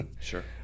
Sure